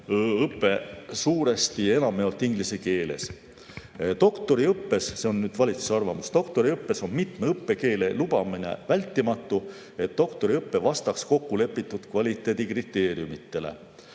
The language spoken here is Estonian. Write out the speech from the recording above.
õpe suuresti inglise keeles. Doktoriõppes – see on valitsuse arvamus – on mitme õppekeele lubamine vältimatu, et doktoriõpe vastaks kokkulepitud kvaliteedi kriteeriumitele.